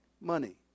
money